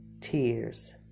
tears